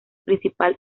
principal